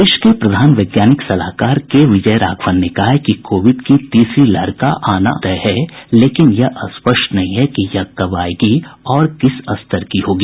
देश के प्रधान वैज्ञानिक सलाहकार के विजय राघवन ने कहा है कि कोविड की तीसरी लहर का आना भी तय है लेकिन यह स्पष्ट नहीं है कि यह कब आयेगी और किस स्तर की होगी